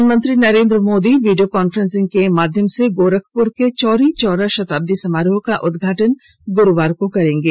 प्रधानमंत्री Narendra Modi video conference के माध्यम से गोरखपुर में चौरी चौरा शताब्दी समारोह का उद्घाटन गुरुवार को करेंगे